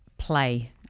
play